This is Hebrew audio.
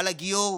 על הגיור,